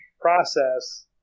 process